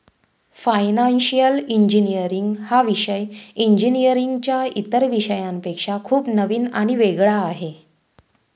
financial engineering हा विषय इंजिनीअरिंगच्या इतर विषयांपेक्षा खूप नवीन आणि वेगळा आहे